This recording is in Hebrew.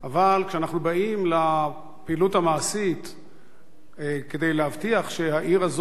אבל כשאנחנו באים לפעילות המעשית כדי להבטיח שהעיר הזאת